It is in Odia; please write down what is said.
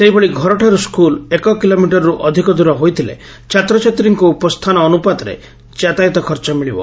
ସେହିଭଳି ଘରଠାରୁ ସ୍କୁଲ୍ ଏକ କିଲୋମିଟରରୁ ଅଧିକ ଦୂର ହୋଇଥିଲେ ଛାତ୍ରଛାତ୍ରୀଙ୍କୁ ଉପସ୍ଥାନ ଅନୁପାତରେ ଯାତାୟାତ ଖର୍ଚ୍ଚ ମିଳିବ